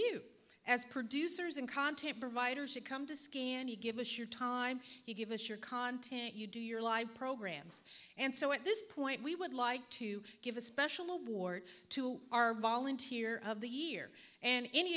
you as producers and content providers to come to you give us your time you give us your content you do your live programs and so at this point we would like to give a special award to our volunteer of the year and any